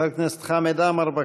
חבר הכנסת חמד עמאר,